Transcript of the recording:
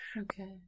Okay